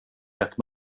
rätt